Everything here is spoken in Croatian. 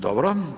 Dobro.